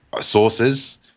sources